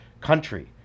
country